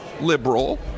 liberal